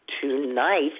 Tonight